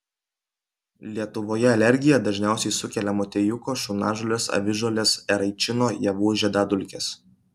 lietuvoje alergiją dažniausiai sukelia motiejuko šunažolės avižuolės eraičino javų žiedadulkės